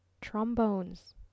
trombones